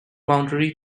boundary